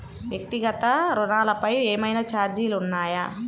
వ్యక్తిగత ఋణాలపై ఏవైనా ఛార్జీలు ఉన్నాయా?